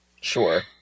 Sure